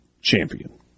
champion